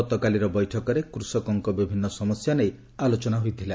ଗତକାଲିର ବୈଠକରେ କୃଷକଙ୍କ ବିଭିନ୍ନ ସମସ୍ୟା ନେଇ ଆଲୋଚନା ହୋଇଥିଲା